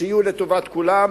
שיהיו לטובת כולם,